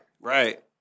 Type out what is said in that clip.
Right